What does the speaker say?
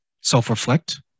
self-reflect